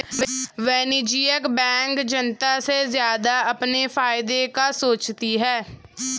वाणिज्यिक बैंक जनता से ज्यादा अपने फायदे का सोचती है